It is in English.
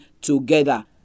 together